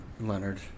Leonard